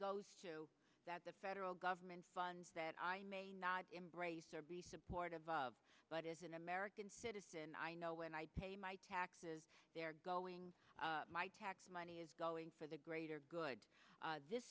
goes to that the federal government funds that i may not embrace or be supportive of but as an american citizen i know when i pay my taxes they're going my tax money is going for the greater good this